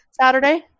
Saturday